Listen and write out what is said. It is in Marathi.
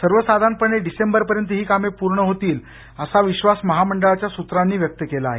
सर्वसाधारणपणे डिसेम्बरपर्यंत ही कामे पूर्ण होतील असा विश्वास महामंडळाच्या सूत्रांनी व्यक्त केला आहे